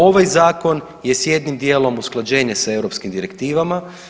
Ovaj zakon je s jednim dijelom usklađenje sa europskim direktivama.